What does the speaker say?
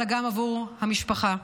אלא גם עבור המשפחה,